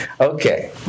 Okay